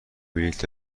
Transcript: بلیط